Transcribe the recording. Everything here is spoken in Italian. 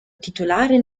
titolare